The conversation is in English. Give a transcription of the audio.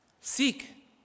Seek